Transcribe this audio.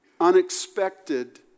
Unexpected